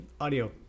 audio